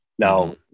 Now